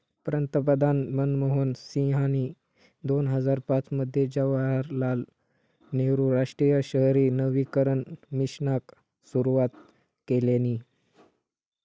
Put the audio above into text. पंतप्रधान मनमोहन सिंहानी दोन हजार पाच मध्ये जवाहरलाल नेहरु राष्ट्रीय शहरी नवीकरण मिशनाक सुरवात केल्यानी